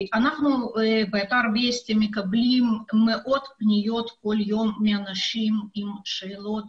אנחנו באתר וסטי מקבלים מאות פניות כל יום מאנשים עם שאלות